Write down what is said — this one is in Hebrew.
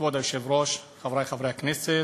כבוד היושב-ראש, חברי חברי הכנסת,